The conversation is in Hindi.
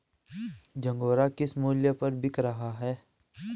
झंगोरा किस मूल्य पर बिक रहा है?